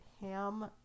ham